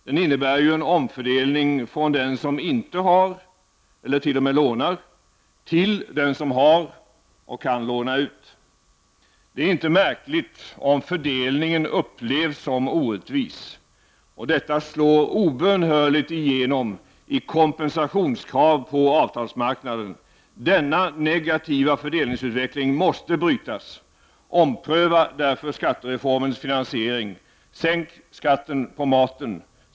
Den innebär ju en omfördelning från den som inte har, eller t.o.m. lånar, till den som har och kan låna ut. Det är då inte märkligt om fördelningen upplevs som orättvis. Detta slår obönhörligt igenom i kompensationskrav på avtalsmarknaden. Denna negativa fördelningsutveckling måste brytas. Ompröva därför skattereformens finansiering. Sänk skatten på maten!